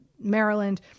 Maryland